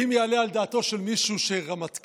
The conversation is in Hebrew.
האם יעלה על דעתו של מישהו שרמטכ"ל,